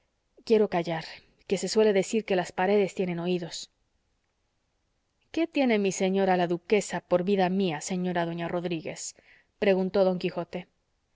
quiero callar que se suele decir que las paredes tienen oídos qué tiene mi señora la duquesa por vida mía señora doña rodríguez preguntó don quijote